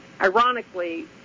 ironically